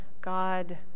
God